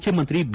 ಮುಖ್ಯಮಂತ್ರಿ ಬಿ